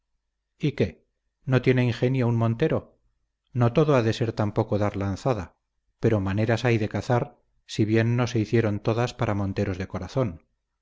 y qué no tiene ingenio un montero no todo ha de ser tampoco dar lanzada pero maneras hay de cazar si bien no se hicieron todas para monteros de corazón